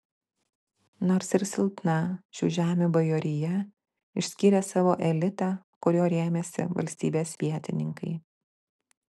nors ir silpna šių žemių bajorija išskyrė savo elitą kuriuo rėmėsi valstybės vietininkai